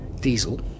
diesel